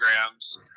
programs